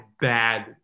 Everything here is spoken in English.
bad